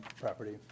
property